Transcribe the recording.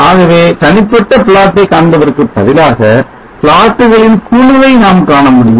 ஆகவே தனிப்பட்ட plot ஐ காண்பதற்கு பதிலாக plot ளின் குழுவை நாம் காணமுடியும்